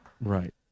Right